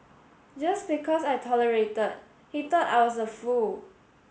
just because I tolerated he thought I was a fool